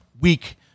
week